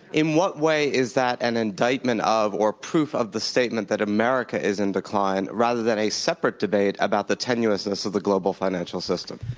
in what way is that an indictment or proof of the statement that america is in decline rather than a separate debate about the tenuousness of the global financial system?